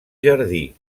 jardí